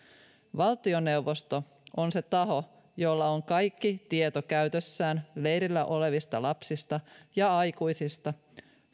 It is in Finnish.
valtioneuvosto on se taho jolla on kaikki tieto käytössään leirillä olevista lapsista ja aikuisista